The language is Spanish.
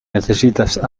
necesitas